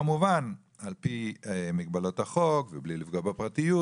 כמובן על פי מגבלות החוק ובלי לפגוע בפרטיות,